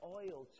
oil